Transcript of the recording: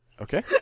okay